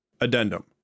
Addendum